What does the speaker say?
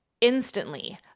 instantly